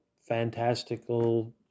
fantastical